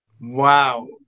wow